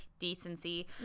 decency